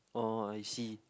oh I see